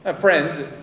Friends